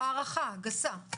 תן לנו הערכה גסה,